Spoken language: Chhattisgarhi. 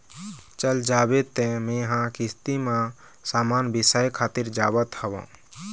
चल जाबे तें मेंहा किस्ती म समान बिसाय खातिर जावत हँव